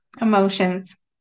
emotions